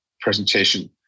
presentation